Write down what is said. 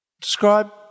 Describe